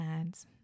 adds